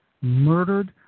murdered